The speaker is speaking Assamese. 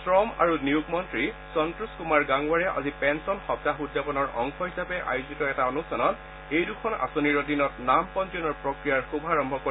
শ্ৰম আৰু নিয়োগ মন্ত্ৰী সন্তোষ কুমাৰ গাংৱাৰে আজি পেঞ্চন সপ্তাহ উদযাপনৰ অংশ হিচাপে আয়োজিত এটা অনুষ্ঠানত এই দুখন আঁচনিৰ অধীনত নাম পঞ্জীয়নৰ প্ৰক্ৰিয়াৰ শুভাৰম্ভ কৰে